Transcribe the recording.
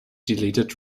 deleted